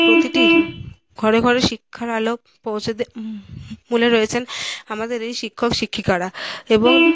প্রতিটি ঘরে ঘরে শিক্ষার আলো পৌঁছে দেওয়ার মূলে রয়েছেন আমাদের এই শিক্ষক শিক্ষিকারা এবং